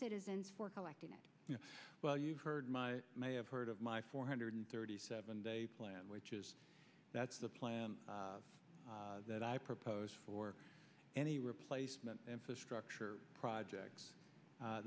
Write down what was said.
citizens for collecting well you've heard my may have heard of my four hundred thirty seven day plan which is that's the plan that i propose for any replacement infrastructure project